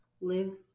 live